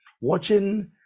watching